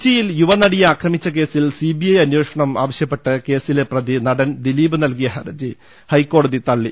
കൊച്ചിയിൽ യുവനടിയെ ആക്രമിച്ച കേസിൽ സിബിഐ അന്വേഷണം ആവശ്യപ്പെട്ട് കേസിലെ പ്രതി നടൻ ദിലീപ് നൽകിയ ഹർജി ഹൈക്കോടതി തള്ളി